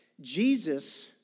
Jesus